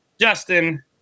Justin